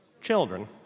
children